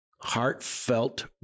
Heartfelt